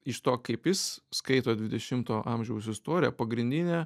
iš to kaip jis skaito dvidešimto amžiaus istoriją pagrindinė